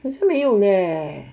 可是没有咧